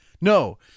No